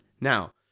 Now